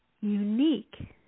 unique